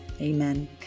Amen